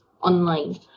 online